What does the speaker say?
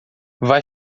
vai